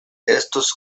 estos